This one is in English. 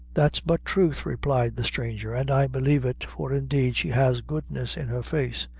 that's but truth, replied the stranger, and i believe it for indeed she has goodness in her face.